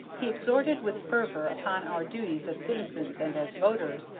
he exhorted with fervor upon our duties as citizens and as voters,